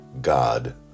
God